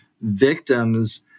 victims